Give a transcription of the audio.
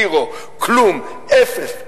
זירו, כלום, אפס,